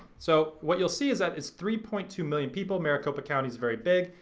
so what you'll see is that it's three point two million people. maricopa county is very big.